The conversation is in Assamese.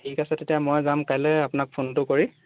ঠিক আছে তেতিয়া মই যাম কাইলৈ আপোনাক ফোনটো কৰি